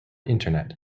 internet